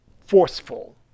forceful